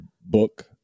book